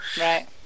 Right